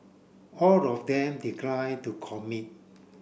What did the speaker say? all of them declined to commit